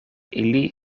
ili